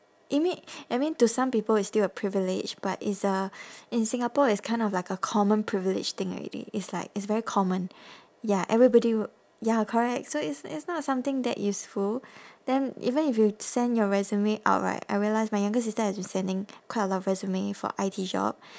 ima~ I mean to some people it's still a privilege but it's a in singapore it's kind of like a common privilege thing already it's like it's very common ya everybody wi~ ya correct so it's it's not something that useful then even if you send your resume out right I realise my younger sister has been sending quite a lot of resume for I_T job